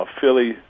Philly